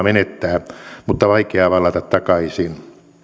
menettää mutta vaikea vallata takaisin